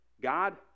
God